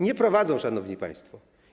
Nie prowadzą, szanowni państwo.